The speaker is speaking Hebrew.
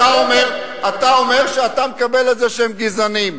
אתה אומר שאתה מקבל את זה שהם גזענים.